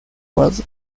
was